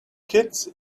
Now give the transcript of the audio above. kits